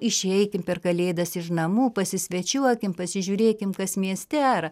išeikim per kalėdas iš namų pasisvečiuokim pasižiūrėkim kas mieste ar